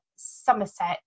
Somerset